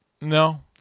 No